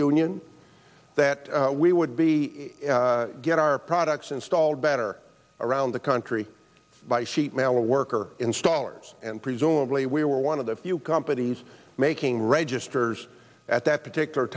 union that we would be get our products installed better around the country by sheet metal worker installers and presumably we were one of the few companies making registers at that particular